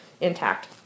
intact